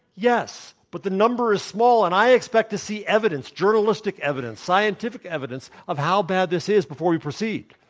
yes. but the number is small, and i expect to see evidence journalistic evidence, scientific evidence of how bad this is before we proceed.